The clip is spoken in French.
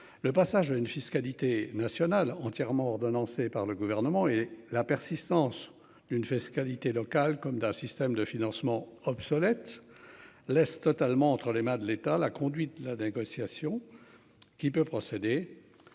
Le passage à une fiscalité nationale entièrement ordonnancer par le gouvernement et la persistance d'une fiscalité locale comme d'un système de financement obsolète. Laisse totalement entre les mains de l'État la conduite la négociation. Qui peut procéder. À sa guise